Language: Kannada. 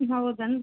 ಹೌದನು